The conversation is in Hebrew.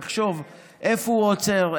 תחשוב: איפה הוא עוצר?